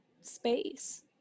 space